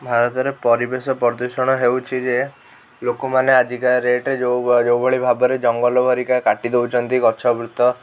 ଭାରତରେ ପରିବେଶ ପ୍ରଦୂଷଣ ହେଉଛି ଯେ ଲୋକମାନେ ଆଜିକା ରେଟ୍ରେ ଯେଉଁଭଳି ଭାବରେ ଜଙ୍ଗଲ ଘରିକା କାଟି ଦଉଛନ୍ତି ଗଛ ବୃତ